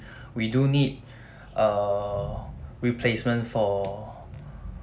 we do need uh replacement for